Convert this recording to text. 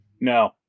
No